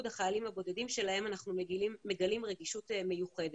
החיילים הבודדים שלהם אנחנו מגלים רגישות מיוחדת.